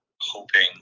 hoping